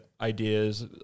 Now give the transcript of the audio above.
ideas